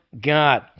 God